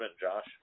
Josh